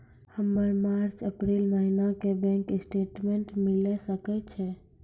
हमर मार्च अप्रैल महीना के बैंक स्टेटमेंट मिले सकय छै?